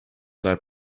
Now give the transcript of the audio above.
that